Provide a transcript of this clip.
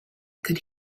could